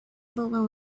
below